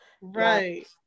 Right